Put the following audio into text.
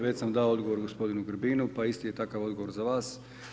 Već sam dao odgovor gospodinu Grbinu pa isto je takav odgovor za vas.